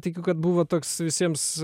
tikiu kad buvo toks visiems